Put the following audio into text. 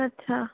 अच्छा